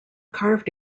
carved